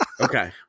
Okay